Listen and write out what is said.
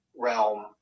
realm